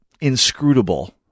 inscrutable